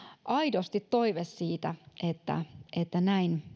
aidosti toive siitä että että näin